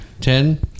Ten